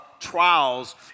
trials